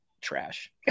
trash